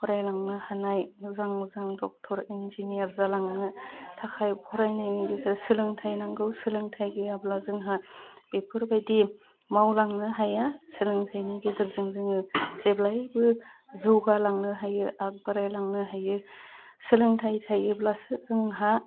फरायलांनो हानाय मोजां मोजां ड'क्टर इन्जिनियार जालांनो थाखाय फरायनायनि गेजेरजों सोलोंथाइ नांगौ सोलोंथाइ गैयाब्ला जोंहा बेफोरबायदि मावलांनो हाया सोलोंथाइनि गेजेरजों जोङो जेब्लायबो जौगालांनो हायो आग बारायलांनो हायो सोलोंथाइ थायोब्लासो जोंहा